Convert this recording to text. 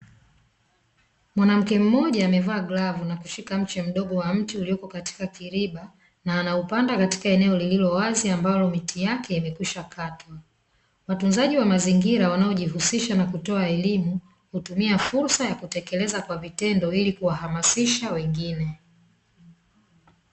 Mwanamke mmoja amevaa glovu na kushika mche mdogo wa mti uliopo katika kiriba na unaupanda katika eneo, lililowaza ambalo miti yake imekwisha katwa, watunzaji wa mazingira na wanaojihusisha na kutoa elimu, hutumia fursa ya kutekeleza kwa vitendo ili kuwahamasisha wengine.